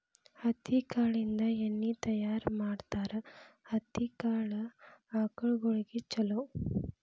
ಹತ್ತಿ ಕಾಳಿಂದ ಎಣ್ಣಿ ತಯಾರ ಮಾಡ್ತಾರ ಹತ್ತಿ ಕಾಳ ಆಕಳಗೊಳಿಗೆ ಚುಲೊ